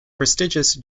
prestigious